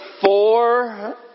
four